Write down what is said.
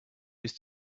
used